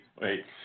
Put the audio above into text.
wait